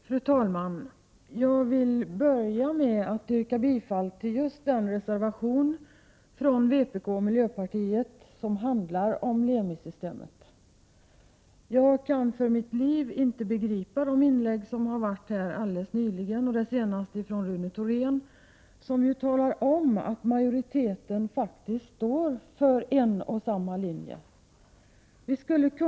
Fru talman! Jag vill börja med att yrka bifall till just den reservation som vpk och miljöpartiet står bakom och som handlar om Lemi-systemet. Jag kan för mitt liv inte begripa de tidigare talarna här, när de säger att majoriteten faktiskt står för en och samma linje.